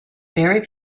very